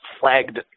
flagged